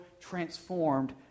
transformed